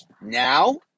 Now